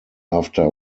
after